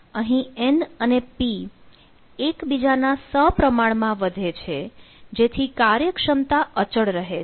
અહીં n અને p એકબીજાના સપ્રમાણમાં વધે છે જેથી કાર્યક્ષમતા અચળ રહે છે